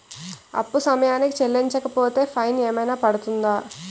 అప్పు సమయానికి చెల్లించకపోతే ఫైన్ ఏమైనా పడ్తుంద?